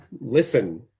listen